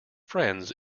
friends